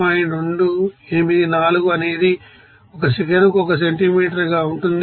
284 అనేది ఒక సెకనుకు ఒక సెంటీమీటర్ గా ఉంటుంది